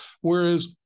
Whereas